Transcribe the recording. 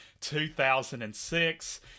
2006